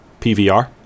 PVR